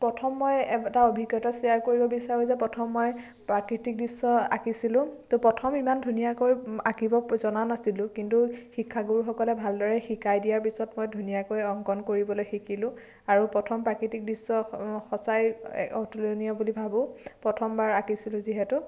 প্ৰথম মই এটা অভিজ্ঞতা চেয়াৰ কৰিব বিচাৰো যে প্ৰথম মই প্ৰাকৃতিক দৃশ্য আঁকিছিলোঁ ত প্ৰথম ইমান ধুনীয়াকৈ আঁকিব জনা নাছিলোঁ কিন্তু শিক্ষাগুৰুসকলে ভালদৰে শিকাই দিয়াৰ পিছত মই ধুনীয়াকৈ অংকন কৰিবলৈ শিকিলোঁ আৰু প্ৰথম প্ৰাকৃতিক দৃশ্য সচাই অতুলনীয় বুলি ভাবো প্ৰথম বাৰ আঁকিছিলোঁ যিহেতু